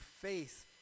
faith